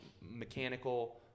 mechanical